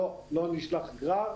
לא נשלח גרר,